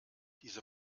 diese